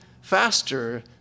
faster